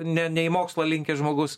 ne ne į mokslą linkęs žmogus